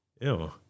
Ew